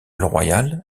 royale